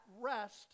rest